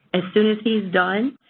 as soon as he's done,